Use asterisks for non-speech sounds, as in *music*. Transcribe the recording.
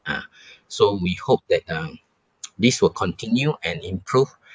ah so we hope that um *noise* this will continue and improve